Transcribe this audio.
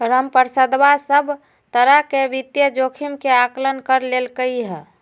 रामप्रसादवा सब प्तरह के वित्तीय जोखिम के आंकलन कर लेल कई है